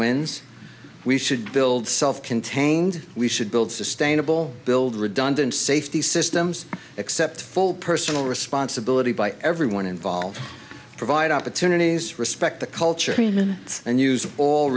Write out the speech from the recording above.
wins we should build self contained we should build sustainable build redundant safety systems accept full personal responsibility by everyone involved provide opportunities respect the culture treatment and use